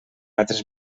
altres